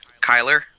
Kyler